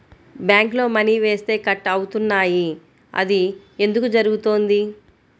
బ్యాంక్లో మని వేస్తే కట్ అవుతున్నాయి అది ఎందుకు జరుగుతోంది?